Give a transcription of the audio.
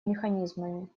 механизмами